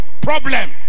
problem